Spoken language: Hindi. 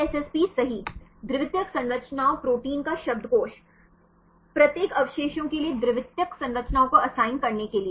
DSSP सही द्वितीयक संरचनाओं प्रोटीन का शब्दकोश प्रत्येक अवशेषों के लिए द्वितीयक संरचनाओं को असाइन करने के लिए